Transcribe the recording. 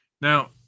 Now